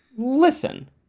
Listen